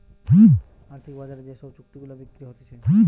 আর্থিক বাজারে যে সব চুক্তি গুলা বিক্রি হতিছে